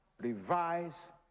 revise